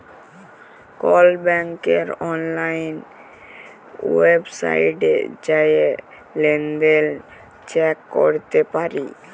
call ব্যাংকের অললাইল ওয়েবসাইটে জাঁয়ে লেলদেল চ্যাক ক্যরতে পারি